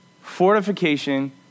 Fortification